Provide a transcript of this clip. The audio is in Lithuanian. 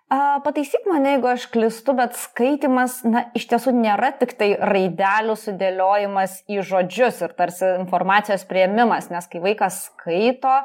a pataisyk mane jeigu aš klystu bet skaitymas na iš tiesų nėra tiktai raidelių sudėliojimas į žodžius ir tarsi informacijos priėmimas nes kai vaikas skaito